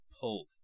pulled